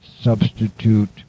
substitute